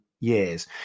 years